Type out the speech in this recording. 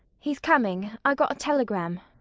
he's coming. i ot a telegram.